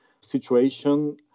situation